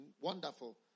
wonderful